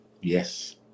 Yes